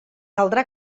caldrà